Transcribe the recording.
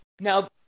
now